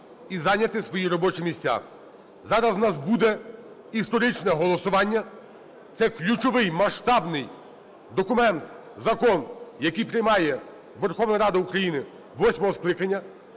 Зараз у нас буде історичне голосування. Це ключовий масштабний документ – закон – який приймає Верховна Рада України восьмого скликання.